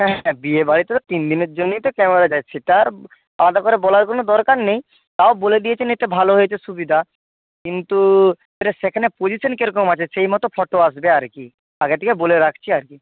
হ্যাঁ হ্যাঁ বিয়েবাড়িতে তো তিন দিনের জন্যই তো সেটা আর আলাদা করে বলার কোনো দরকার নেই তাও বলে দিয়েছেন এতে ভালো হয়েছে সুবিধা কিন্তু সেটা সেখানে পজিশান কেরকম আছে সেই মতো ফটো আসবে আর কি আগে থেকে বলে রাখছি আর কি